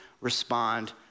respond